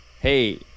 Hey